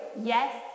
Yes